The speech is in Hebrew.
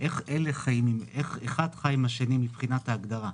איך האחד חי עם השני מבחינת ההגדרה?